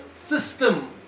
system